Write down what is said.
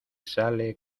sale